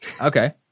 Okay